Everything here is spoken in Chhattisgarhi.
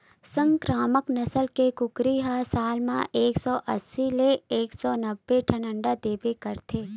संकरामक नसल के कुकरी ह साल म एक सौ अस्सी ले एक सौ नब्बे ठन अंडा देबे करथे